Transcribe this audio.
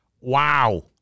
Wow